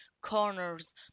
Corners